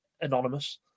anonymous